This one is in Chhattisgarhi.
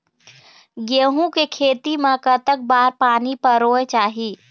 गेहूं के खेती मा कतक बार पानी परोए चाही?